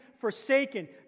forsaken